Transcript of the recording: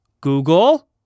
Google